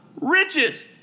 riches